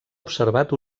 observat